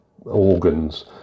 organs